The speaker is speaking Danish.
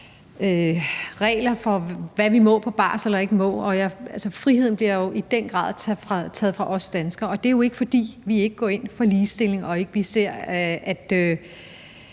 regler for, hvad vi må på barsel eller ikke må. Altså, friheden bliver jo i den grad taget fra os danskere. Og det er jo ikke, fordi vi ikke går ind for ligestilling og ikke gerne